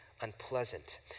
unpleasant